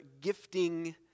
gifting